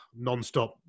nonstop